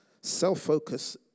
Self-focus